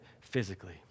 physically